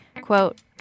Quote